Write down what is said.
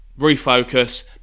refocus